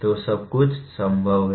तो सब कुछ संभाव्य है